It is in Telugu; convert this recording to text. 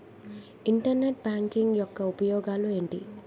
ఇంటర్నెట్ బ్యాంకింగ్ యెక్క ఉపయోగాలు ఎంటి?